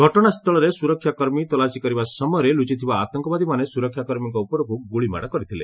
ଘଟଣାସ୍ଥଳରେ ସୁରକ୍ଷା କର୍ମୀ ତଲାସୀ କରିବା ସମୟରେ ଲୁଚିଥିବା ଆତଙ୍କବାଦୀମାନେ ସୁରକ୍ଷାକର୍ମୀଙ୍କ ଉପରକୁ ଗୁଳିମାଡ଼ କରିଥିଲେ